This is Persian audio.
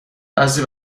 بعضی